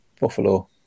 buffalo